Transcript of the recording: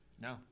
No